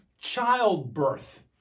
childbirth